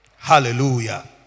Hallelujah